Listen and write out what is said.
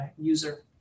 user